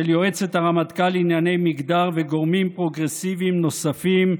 יועצת הרמטכ"ל לענייני מגדר וגורמים פרוגרסיביים נוספים,